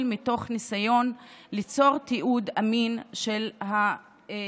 מתוך ניסיון ליצור תיעוד אמין של הרשומות.